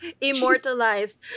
immortalized